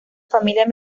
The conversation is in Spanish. familia